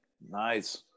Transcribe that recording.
Nice